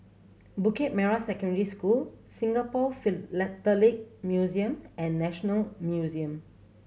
Bukit Merah Secondary School Singapore Philatelic Museum and National Museum